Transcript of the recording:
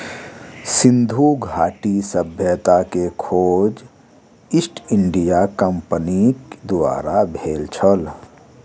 सिंधु घाटी सभ्यता के खोज ईस्ट इंडिया कंपनीक द्वारा भेल छल